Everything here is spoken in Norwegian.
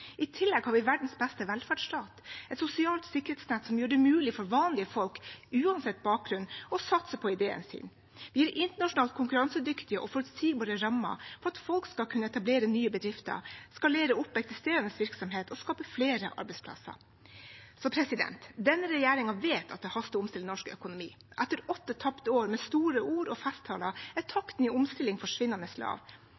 I tillegg har vi verdens beste velferdsstat, et sosialt sikkerhetsnett som gjør det mulig for vanlige folk – uansett bakgrunn – å satse på ideen sin. Vi gir internasjonalt konkurransedyktige og forutsigbare rammer for at folk skal kunne etablere nye bedrifter, skalere opp eksisterende virksomhet og skape flere arbeidsplasser. Denne regjeringen vet at det haster å omstille norsk økonomi. Etter åtte tapte år med store ord og festtaler er